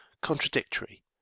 contradictory